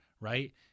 right